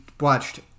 watched